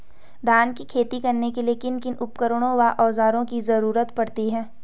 धान की खेती करने के लिए किन किन उपकरणों व औज़ारों की जरूरत पड़ती है?